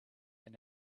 been